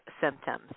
symptoms